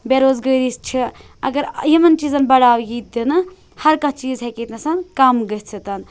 بےٚ روزگٲری چھِ اگر یِمن چیٖزَن بَڑاو یی دِنہٕ ہر کانٛہہ چیٖز ہیکہِ ییٚتِہِ نَس کَم گٔژھِتھ